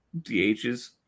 DHs